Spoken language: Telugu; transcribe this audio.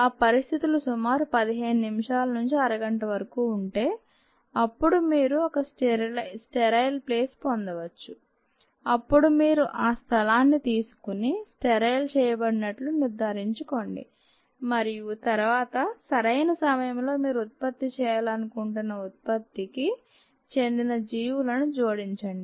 ఆ పరిస్థితులు సుమారు 15 నిమిషాల నుండి అరగంట వరకు ఉంటే అప్పుడు మీరు ఒక స్టెరైల్ ప్లేస్ పొందవచ్చు అప్పుడు మీరు ఆ స్థలాన్ని తీసుకొని స్టెరైల్ చేయబడినట్లు నిర్ధారించుకోండి మరియు తరువాత సరైన సమయంలో మీరు ఉత్పత్తి చేయాలనుకుంటున్న ఉత్పత్తికి చెందిన జీవులను జోడించండి